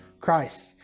Christ